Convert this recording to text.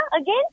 again